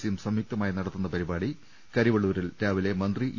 സിയും സംയുക്തമായി നടത്തുന്ന പരിപാടി കരിവള്ളൂരിൽ രാവിലെ മന്ത്രി ഇ